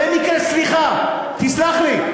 במקרה, סליחה, תסלח לי.